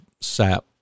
sap